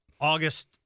august